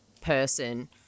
person